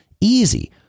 Easy